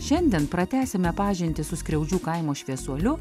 šiandien pratęsime pažintį su skriaudžių kaimo šviesuoliu